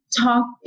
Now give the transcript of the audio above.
talk